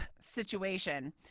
situation